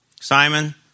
Simon